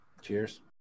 cheers